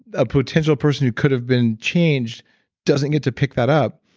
a potential person who could've been changed doesn't get to pick that up.